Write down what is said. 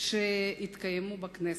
שהתקיימו בכנסת.